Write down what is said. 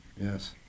yes